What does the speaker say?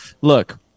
look